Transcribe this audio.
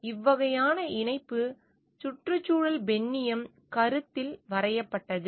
எனவே இந்த வகையான இணைப்பு சுற்றுச்சூழல் பெண்ணியம் கருத்தில் வரையப்பட்டது